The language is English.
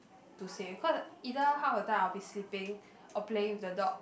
to save cause either half the time I'll be sleeping or playing with the dog